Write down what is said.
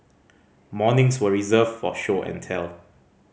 mornings were reserved for show and tell